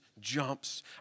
jumps